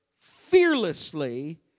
fearlessly